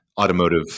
automotive